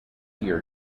year